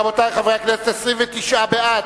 רבותי חברי הכנסת, 29 בעד,